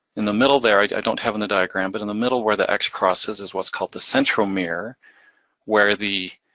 in the middle there, i don't have on the diagram, but in the middle where the x crosses is what's called the central mirror where the